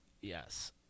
yes